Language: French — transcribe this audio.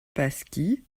pasquis